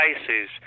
cases